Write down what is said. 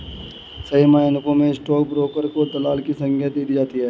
सही मायनों में स्टाक ब्रोकर को दलाल की संग्या दे दी जाती है